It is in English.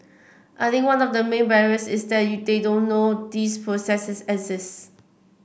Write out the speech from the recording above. I think one of the main barriers is that you they don't know these processes exist